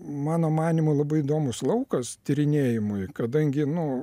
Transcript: mano manymu labai įdomus laukas tyrinėjimui kadangi nu